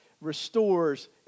restores